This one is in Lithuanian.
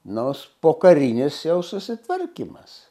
nus pokarinis jau susitvarkymas